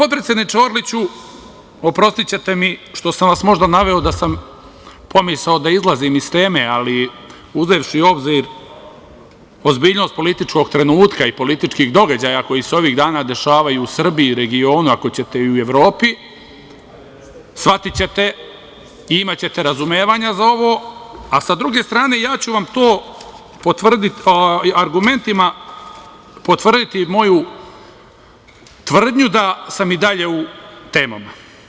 Potpredsedniče Orliću, oprostićete mi što sam vas možda naveo na pomisao da izlazim iz teme, ali uzevši u obzir ozbiljnost političkog trenutka i političkih događaja koji se ovih dana dešavaju i u Srbiji i u regionu, ako ćete i u Evropi, shvatićete i imaćete razumevanja za ovo, a sa druge strane ja ću vam to argumentima potvrditi moju tvrdnju da sam i dalje u temama.